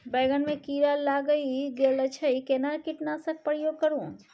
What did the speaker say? बैंगन में कीरा लाईग गेल अछि केना कीटनासक के प्रयोग करू?